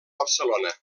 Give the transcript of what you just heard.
barcelona